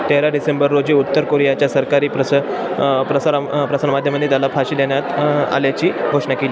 तेरा डिसेंबर रोजी उत्तर कोरियाच्या सरकारी प्रस प्रसार प्रसारमाध्यमाने त्याला फाशी देण्यात आल्याची घोषणा केली